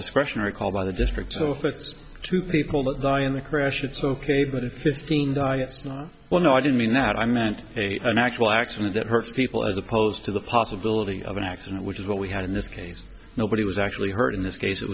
discretionary call by the district office to see people that die in the crash it's ok but a fifteen well no i didn't mean that i meant an actual accident that hurts people as opposed to the possibility of an accident which is what we had in this case nobody was actually hurt in this case it